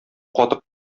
катык